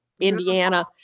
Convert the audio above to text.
Indiana